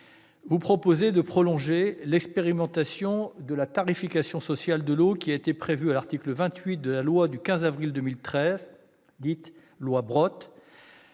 vise ainsi à prolonger l'expérimentation de la tarification sociale de l'eau prévue à l'article 28 de la loi du 15 avril 2013, dite loi Brottes.